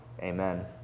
Amen